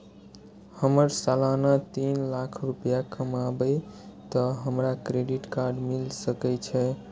हमर सालाना तीन लाख रुपए कमाबे ते हमरा क्रेडिट कार्ड मिल सके छे?